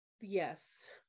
Yes